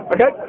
Okay